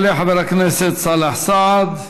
יעלה חבר הכנסת סאלח סעד,